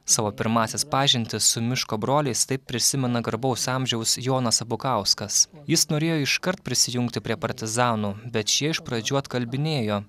savo pirmąsias pažintis su miško broliais taip prisimena garbaus amžiaus jonas abukauskas jis norėjo iškart prisijungti prie partizanų bet šie iš pradžių atkalbinėjo